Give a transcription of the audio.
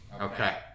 Okay